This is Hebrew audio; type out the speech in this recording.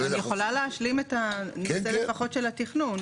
אני יכולה להשלים לפחות את נושא התכנון.